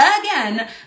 again